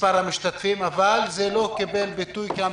מספר המשתתפים, אבל זה לא קיבל ביטוי פה בוועדה,